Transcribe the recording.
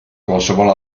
qualsevol